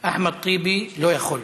אחמד טיבי, לא יכול,